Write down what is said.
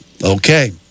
Okay